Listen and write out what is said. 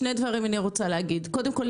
שני דברים אני רוצה להגיד: קודם כול,